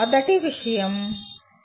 మొదటి విషయం "